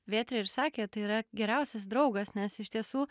vėtrė ir sakė tai yra geriausias draugas nes iš tiesų